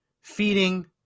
feeding